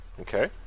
Okay